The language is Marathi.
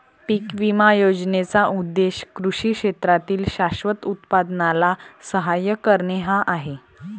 पीक विमा योजनेचा उद्देश कृषी क्षेत्रातील शाश्वत उत्पादनाला सहाय्य करणे हा आहे